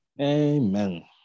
Amen